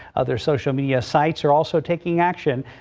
other social media sites are also taking action.